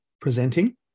presenting